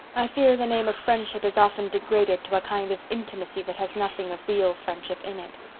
i fear the name of friendship is often degraded to a kind of intimacy that has nothing of real friendship in it.